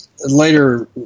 later